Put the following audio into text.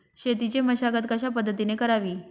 शेतीची मशागत कशापद्धतीने करावी?